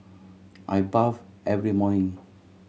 I bathe every morning